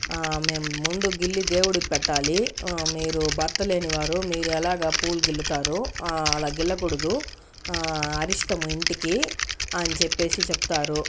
మేము ముందు గిల్లి దేవుడికి పెట్టాలి మీరు భర్త లేని వారు మీరు ఎలాగ పూలు గిల్లుతారు అలా గిల్లకూడదు అరిష్టము ఇంటికి అని చెప్పేసి చెప్తారు